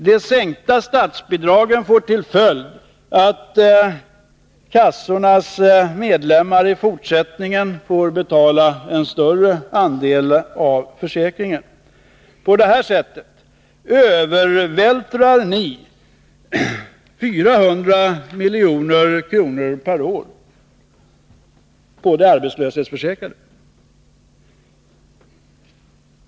De sänkta statsbidragen får till följd att kassornas medlemmar i fortsättningen får betala en större andel av försäkringen. På det här sättet övervältrar ni 400 milj.kr. per år på de arbetslöshetsförsäkrade.